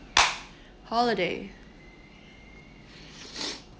holiday